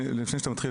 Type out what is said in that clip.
לפני שאתה מתחיל,